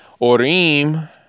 Orim